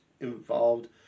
involved